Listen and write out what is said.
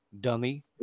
dummy